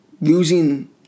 losing